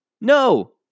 No